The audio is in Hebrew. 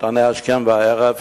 משתנה השכם והערב